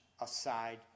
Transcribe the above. aside